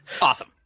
Awesome